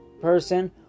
person